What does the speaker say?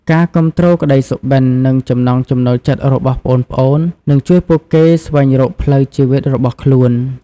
ការគាំទ្រក្តីសុបិន និងចំណង់ចំណូលចិត្តរបស់ប្អូនៗ នឹងជួយពួកគេស្វែងរកផ្លូវជីវិតរបស់ខ្លួន។